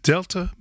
Delta